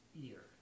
ear